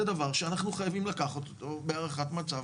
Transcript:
זה דבר שאנחנו חייבים לקחת אותו בהערכת מצב